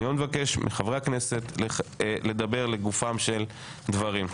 אני מבקש מחברי הכנסת לדבר לגופם של דברים.